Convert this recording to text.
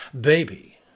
Baby